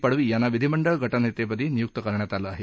पडवी यांना विधिमंडळ गा नितेपदी नियुक्त करण्यात आलं आहे